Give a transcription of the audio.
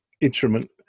instrument